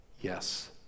yes